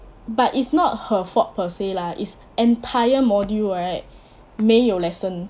but it's not her fault per se lah is entire module right 没有 lesson